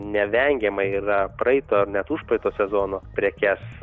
nevengiama yra praeito net užpraeito sezono prekes